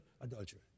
adultery